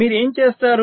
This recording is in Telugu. మీరు ఏమి చేస్తారు